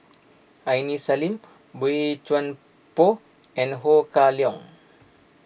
Aini Salim Boey Chuan Poh and Ho Kah Leong